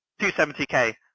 270k